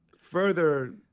further